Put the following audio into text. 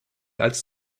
als